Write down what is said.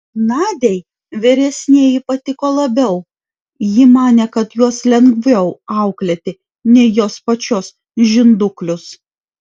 nadiai vyresnieji patiko labiau ji manė kad juos lengviau auklėti nei jos pačios žinduklius